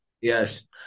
Yes